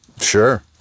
Sure